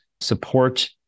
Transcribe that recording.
support